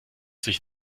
sich